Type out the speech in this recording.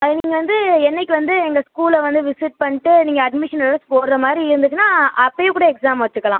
அது நீங்கள் வந்து என்றைக்கு வந்து எங்கள் ஸ்கூலை வந்து விசிட் பண்ணிட்டு நீங்கள் அட்மிஷன் ஏதாச்சும் போடுற மாதிரி இருந்துச்சுன்னா அப்போவே கூட எக்ஸாம் வெச்சுக்கலாம்